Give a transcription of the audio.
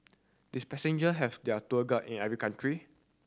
did passenger have their tour guide in every country